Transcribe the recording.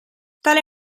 tale